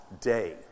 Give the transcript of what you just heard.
day